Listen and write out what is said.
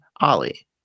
Ali